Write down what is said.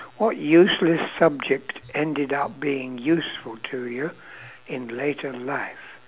what useless subject ended up being useful to you in later life